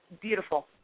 beautiful